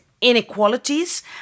inequalities